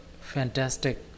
fantastic